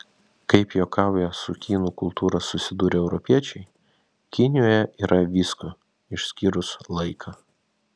kaip juokauja su kinų kultūra susidūrę europiečiai kinijoje yra visko išskyrus laiką